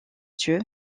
dieu